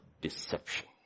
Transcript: deception